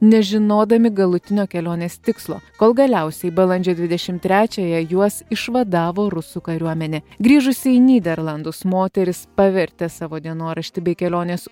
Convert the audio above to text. nežinodami galutinio kelionės tikslo kol galiausiai balandžio dvidešim trečiąją juos išvadavo rusų kariuomenė grįžusi į nyderlandus moteris pavertė savo dienoraštį bei kelionės